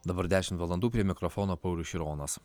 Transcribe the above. dabar dešimt valandų prie mikrofono paulius šironas